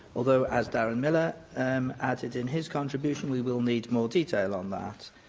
although, as darren millar um added in his contribution, we will need more detail on that.